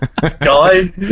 Guy